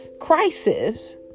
crisis